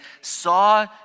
saw